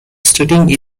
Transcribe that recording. studying